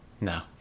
no